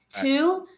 two